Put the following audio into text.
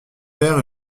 père